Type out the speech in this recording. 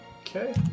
Okay